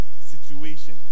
situation